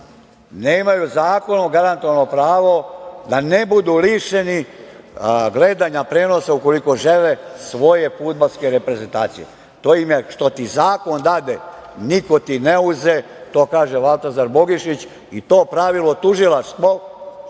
nemaju zakonom garantovano pravo, da ne budu lišeni gledanja prenosa, ukoliko žele, svoje fudbalske reprezentacije. To je ono - što ti zakon dade, niko ti ne uze. To kaže Valtazar Bogišić i to pravilo tužilaštvo,